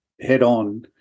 head-on